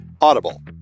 audible